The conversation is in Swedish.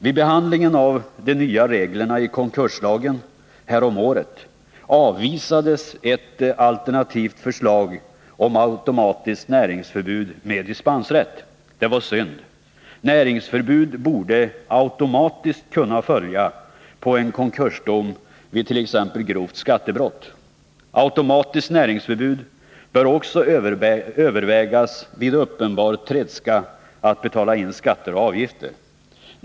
Vid behandlingen häromåret av de nya reglerna i konkurslagen avvisades ett alternativt förslag om automatiskt näringsförbud med dispensrätt. Det var synd. Näringsförbud borde automatiskt kunna följa på en konkursdom vidt.ex. grovt skattebrott. Automatiskt näringsförbud bör också övervägas vid uppenbar tredska när det gäller att betala in skatter och avgifter.